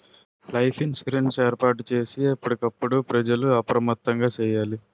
leaf sensor ఏర్పాటు చేసి ఎప్పటికప్పుడు ప్రజలు అప్రమత్తంగా సేయాలి